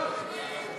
חברי הכנסת,